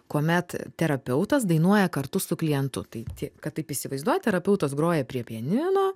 kuomet terapeutas dainuoja kartu su klientu tai ti kad taip įsivaizduot terapeutas groja prie pianino